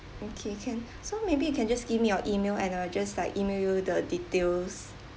okay can so maybe you can just give me your email and I'll just like email you the details